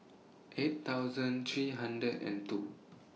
eight thousand three hundred and two